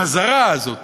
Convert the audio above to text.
החזרה הזאת